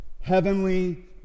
heavenly